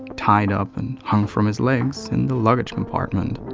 tied up and hung from his legs in the luggage compartment.